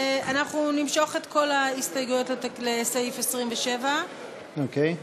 אנחנו נמשוך את כל ההסתייגויות לסעיף 27. אוקיי.